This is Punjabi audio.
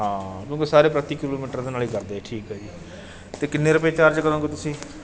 ਹਾਂ ਕਿਉਂਕਿ ਸਾਰੇ ਪ੍ਰਤੀ ਕਿਲੋਮੀਟਰ ਦੇ ਨਾਲ ਹੀ ਕਰਦੇ ਹੈ ਠੀਕ ਹੈ ਜੀ ਅਤੇ ਕਿੰਨੇ ਰੁਪਏ ਚਾਰਜ ਕਰੋਗੇ ਤੁਸੀਂ